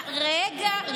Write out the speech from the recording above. רגע,